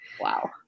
Wow